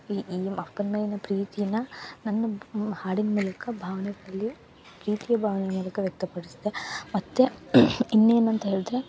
ಈ ಈ ಅಪ್ಪನ ಮೇಲಿನ ಪ್ರೀತಿಯನ್ನ ನನ್ನ ಮ್ ಹಾಡಿನ ಮೂಲಕ ಭಾವ್ನೆದಲ್ಲಿ ಪ್ರೀತಿಯ ಭಾವ್ನೆ ಮೂಲಕ ವ್ಯಕ್ತಪಡ್ಸುದು ಮತ್ತು ಇನ್ನೇನು ಅಂತ ಹೇಳ್ದ್ರೆ